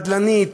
בדלנית,